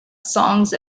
songs